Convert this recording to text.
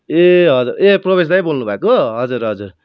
ए हजुर ए प्रवेश दा नै बोल्नु भएको हजुर हजुर